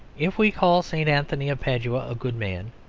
if we call st. anthony of padua a good man,